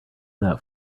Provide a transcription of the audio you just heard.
that